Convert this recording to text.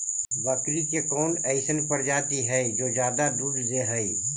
बकरी के कौन अइसन प्रजाति हई जो ज्यादा दूध दे हई?